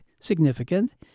significant